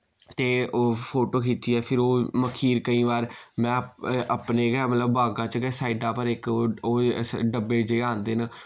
ते ओ फोटो खिचियै फिर ओह् मखीर केई बार में अपने गै मतलब बागा च गै साइडा पर इक ओह् डब्बे जेह् आंदे ्ना